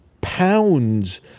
pounds